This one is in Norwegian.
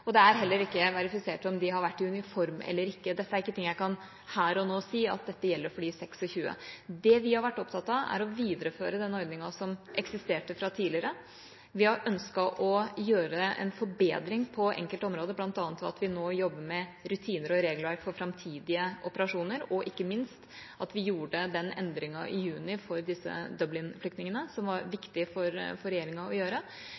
og det er heller ikke verifisert om de har vært i uniform eller ikke. Dette er ikke noe jeg her og nå kan si at gjelder for de 26. Det vi har vært opptatt av, er å videreføre den ordninga som eksisterte fra tidligere. Vi har ønsket å gjøre en forbedring på enkelte områder, bl.a. ved at vi nå jobber med rutiner og regelverk for framtidige operasjoner, og ikke minst ved at vi gjorde den endringa i juni for Dublin-flyktningene. Det var det viktig for regjeringa å gjøre.